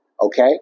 Okay